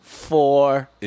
Four